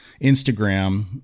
Instagram